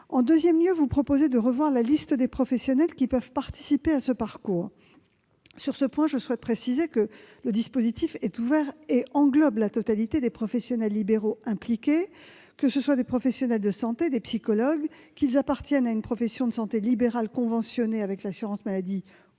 ensuite, proposé de revoir la liste des professionnels qui peuvent participer à ce parcours. Sur ce point, je souhaite préciser que le dispositif est ouvert et englobe la totalité des professionnels libéraux impliqués, qu'il s'agisse de professionnels de santé ou de psychologues, qu'ils appartiennent à une profession de santé libérale conventionnée ou non avec l'assurance maladie,